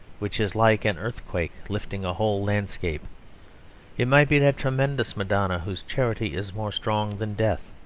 which is like an earthquake lifting a whole landscape it might be that tremendous madonna, whose charity is more strong than death.